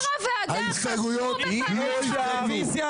יו"ר הוועדה, חשפו בפניך שחיתות.